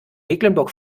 mecklenburg